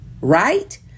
right